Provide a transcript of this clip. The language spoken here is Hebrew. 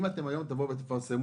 אם היום תפרסמו